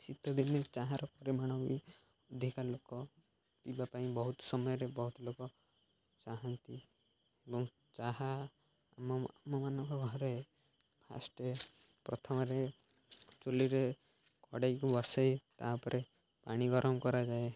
ଶୀତଦିନେ ଚାହାର ପରିମାଣ ବି ଅଧିକା ଲୋକ ପିଇବା ପାଇଁ ବହୁତ ସମୟରେ ବହୁତ ଲୋକ ଚାହାଁନ୍ତି ଏବଂ ଚାହା ଆମ ଆମମାନଙ୍କ ଘରେ ଫାଷ୍ଟ ପ୍ରଥମରେ ଚୁଲିରେ କଡ଼େଇକୁ ବସାଇ ତା'ପରେ ପାଣି ଗରମ କରାଯାଏ